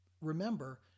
remember